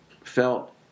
felt